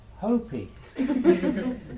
hopey